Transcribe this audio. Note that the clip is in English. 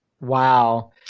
Wow